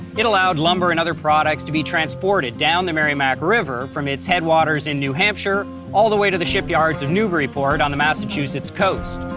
it allowed lumber and other products to be transported down the merrimack river from its headwaters in new hampshire all the way to the shipyards of newburyport on the massachusetts coast.